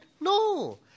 No